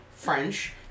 french